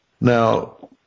Now